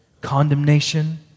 Condemnation